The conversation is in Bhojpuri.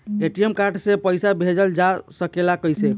ए.टी.एम कार्ड से पइसा भेजल जा सकेला कइसे?